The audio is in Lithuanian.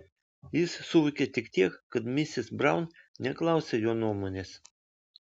jis suvokė tik tiek kad misis braun neklausia jo nuomonės